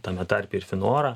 tame tarpe ir finora